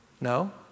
No